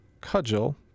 cudgel